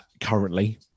currently